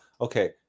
Okay